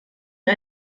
wir